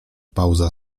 pauza